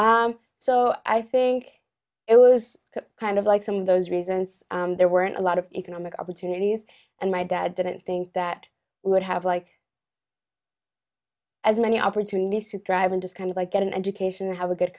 yeah so i think it was kind of like some of those reasons there weren't a lot of economic opportunities and my dad didn't think that would have like as many opportunities to drive and just kind of like get an education have a good